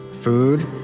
food